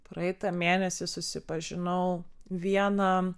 praeitą mėnesį susipažinau viena